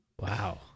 Wow